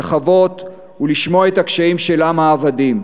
לחוות ולשמוע את הקשיים של עם העבדים.